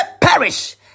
perish